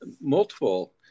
multiple